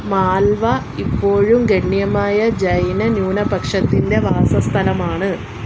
മാൽവ ഇപ്പോഴും ഗണ്യമായ ജൈന ന്യൂനപക്ഷത്തിന്റെ വാസസ്ഥലമാണ്